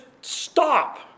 stop